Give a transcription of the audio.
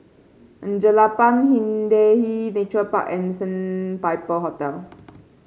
Jelapang Hindhede Nature Park and Sandpiper Hotel